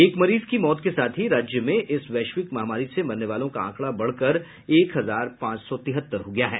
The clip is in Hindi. एक मरीज की मौत के साथ ही राज्य में इस वैश्विक महामारी से मरने वालों का आंकड़ा बढ़कर एक हजार पांच सौ तिहत्तर हो गया है